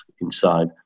inside